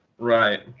right.